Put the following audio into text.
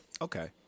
Okay